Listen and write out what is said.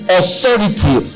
authority